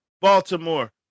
Baltimore